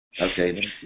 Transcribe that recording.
Okay